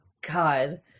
God